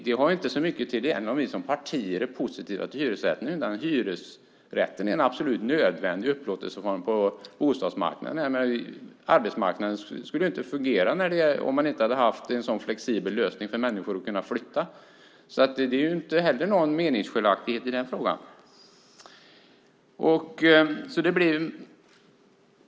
Det har inte så mycket att göra med om vi som partier är positiva till hyresrätten utan hyresrätten är en absolut nödvändig upplåtelseform på bostadsmarknaden. Arbetsmarknaden skulle inte ha fungerat om man inte hade haft en sådan flexibel lösning så att människor har kunnat flytta. Det är inte någon meningsskiljaktighet i den frågan heller.